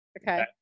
okay